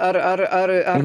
ar ar ar ar